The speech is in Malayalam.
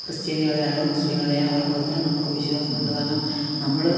ക്രിസ്ത്യാനികളായാലും മുസ്ലീങ്ങളെയാ അവരെ മതത്തില് നമുക്ക് വിശ്വാസമുണ്ട് കാരണം നമ്മള്